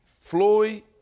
Floyd